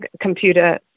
computer